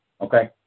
Okay